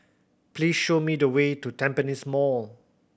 please show me the way to Tampines Mall